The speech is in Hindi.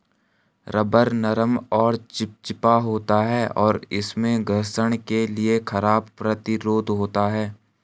रबर नरम और चिपचिपा होता है, और इसमें घर्षण के लिए खराब प्रतिरोध होता है